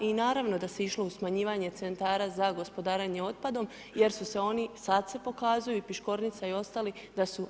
I naravno da se išlo u smanjivanje centara za gospodarenje otpadom jer su se oni, sada se pokazuju i Piškornica i ostali da su